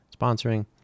sponsoring